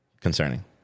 concerning